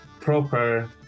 proper